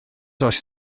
oes